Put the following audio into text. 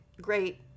great